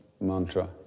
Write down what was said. mantra